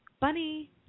bunny